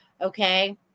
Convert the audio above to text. Okay